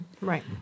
right